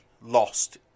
lost